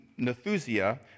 nethusia